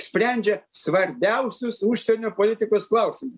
sprendžia svarbiausius užsienio politikos klausimus